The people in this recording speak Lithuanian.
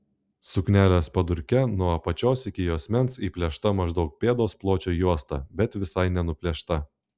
suknelės padurke nuo apačios iki juosmens įplėšta maždaug pėdos pločio juosta bet visai nenuplėšta